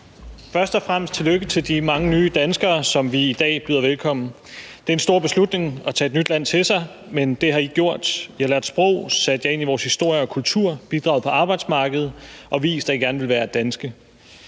Først og fremmest tillykke til de mange nye danskere, som vi i dag byder velkommen. Det er en stor beslutning at tage et nyt land til sig, men det har I gjort. I har lært sproget, sat jer ind i vores historie og kultur, bidraget på arbejdsmarkedet og vist, at I gerne vil være danske.